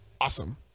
awesome